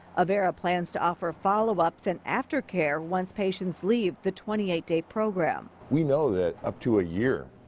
avera plans to offer follow-ups and after-care once patients leave the twenty eight day program. we know that up to a year,